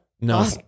No